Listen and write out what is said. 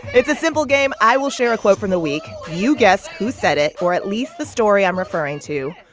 it's a simple game. i will share a quote from the week. you guess who said it or at least the story i'm referring to.